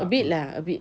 a bit lah a bit